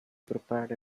prepared